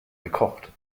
gekocht